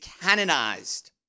canonized